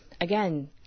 again